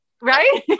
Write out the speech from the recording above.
right